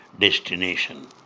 destination